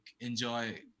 enjoy